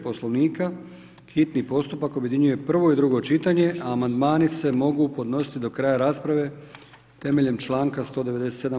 Poslovnika hitni postupak objedinjuje prvo i drugo čitanje, a amandmani se mogu podnositi do kraja rasprave temeljem članka 197.